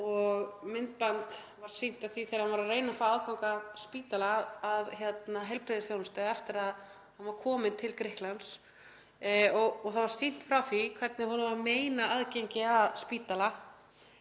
og myndband sýnt af því þegar hann var að reyna að fá aðgang að spítala, að heilbrigðisþjónustu, eftir að hann var kominn til Grikklands. Það var sýnt frá því hvernig honum var meinaður aðgangur að spítala